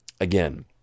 Again